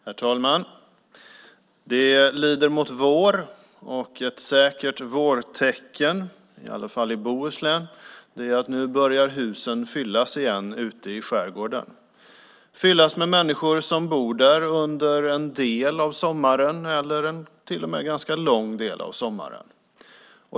Herr talman! Det lider mot vår. Ett säkert vårtecken i Bohuslän är att husen ute i skärgården börjar fyllas. De fylls med människor som bor där under en del av sommaren eller till och med en ganska lång del av sommaren.